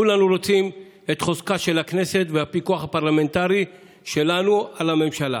כולנו רוצים את חוזקה של הכנסת ואת הפיקוח הפרלמנטרי שלנו על הממשלה.